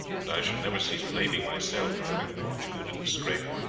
and i shall never cease blaming myself for having brought you into this scrape.